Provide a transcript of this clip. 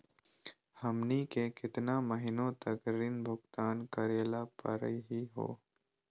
हमनी के केतना महीनों तक ऋण भुगतान करेला परही हो?